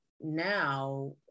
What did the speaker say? now